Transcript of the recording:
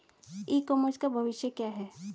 ई commerce का भविष्य क्या है?